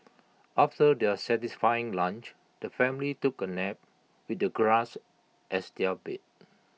after their satisfying lunch the family took A nap with the grass as their bed